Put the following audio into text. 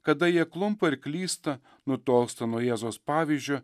kada jie klumpa ir klysta nutolsta nuo jėzaus pavyzdžio